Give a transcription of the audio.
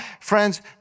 friends